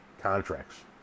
contracts